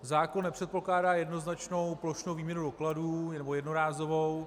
Zákon nepředpokládá jednoznačnou plošnou výměnu dokladů, nebo jednorázovou.